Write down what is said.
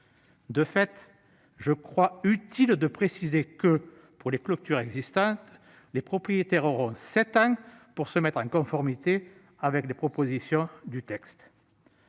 De fait, je crois utile de le préciser, pour ce qui concerne les clôtures existantes, les propriétaires auront sept ans pour se mettre en conformité avec les dispositions du texte.